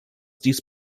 dies